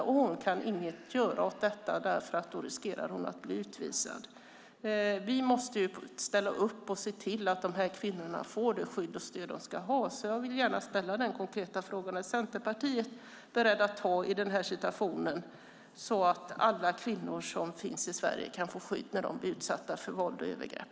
Och hon kan inget göra åt detta, för då riskerar hon att bli utvisad. Vi måste ställa upp och se till att dessa kvinnor får det skydd och stöd de ska ha. Jag vill gärna ställa en konkret fråga: Är Centerpartiet berett att ta tag i den här situationen, så att alla kvinnor som finns i Sverige kan få skydd när de blir utsatta för våld och övergrepp?